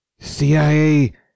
CIA